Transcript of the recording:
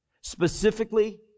specifically